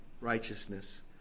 righteousness